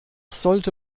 sollte